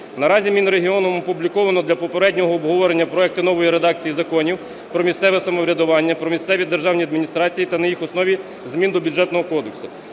Наразі Мінрегіоном опубліковано для попереднього обговорення проекти нової редакції законів про місцеве самоврядування, про місцеві державні адміністрації та на їх основі змін до Бюджетного кодексу.